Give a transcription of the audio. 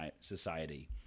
Society